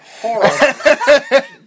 horrible